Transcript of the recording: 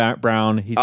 Brown